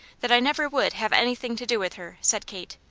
that i never would have anything to do with her, said kate,